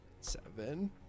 Seven